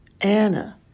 Anna